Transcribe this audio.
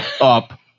up